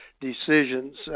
decisions